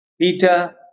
Peter